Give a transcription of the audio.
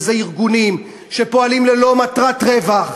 וזה ארגונים שפועלים ללא מטרת רווח,